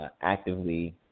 actively